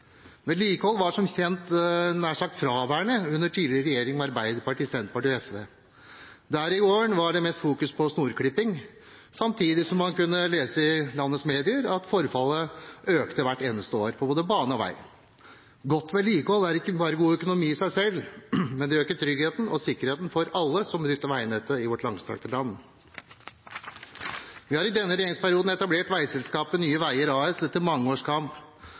Vedlikehold var, som kjent, nær sagt fraværende under tidligere regjering, med Arbeiderpartiet, Senterpartiet og SV. Der i gården var det mest fokusering på snorklipping, samtidig som man kunne lese i landets medier at forfallet økte hvert eneste år på både bane og vei. Godt vedlikehold er ikke bare god økonomi i seg selv, men øker tryggheten og sikkerheten for alle som benytter veinettet i vårt langstrakte land. Vi har i denne regjeringsperioden etablert veiselskapet Nye Veier AS etter mange